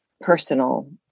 personal